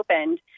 opened